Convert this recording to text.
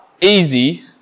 easy